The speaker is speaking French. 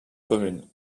commune